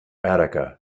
attica